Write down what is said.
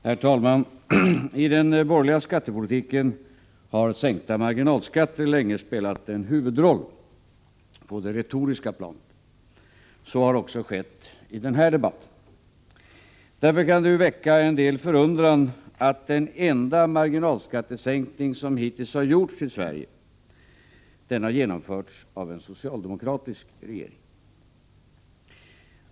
Herr talman! I den borgerliga skattepolitiken har sänkta marginalskatter länge spelat en huvudroll, på det retoriska planet. Så har också skett i denna debatt. Därför kan det väcka en hel del förundran att den enda marginalskattesänkning som hittills gjorts i Sverige har genomförts av en socialdemokratisk regering.